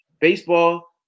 baseball